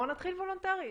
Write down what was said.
בואו נתחיל וולונטרי.